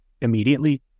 immediately